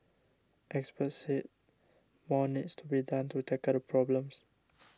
experts said more needs to be done to tackle the problem